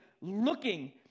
looking